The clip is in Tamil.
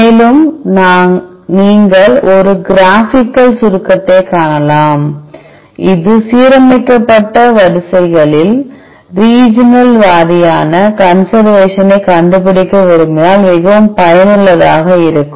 மேலும் நீங்கள் ஒரு கிராஃபிகல் சுருக்கத்தைக் காணலாம் இது சீரமைக்கப்பட்ட வரிசைகளில் ரீஜினல் வாரியான கன்சர்வேஷன் ஐ கண்டுபிடிக்க விரும்பினால் மிகவும் பயனுள்ளதாக இருக்கும்